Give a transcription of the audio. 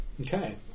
Okay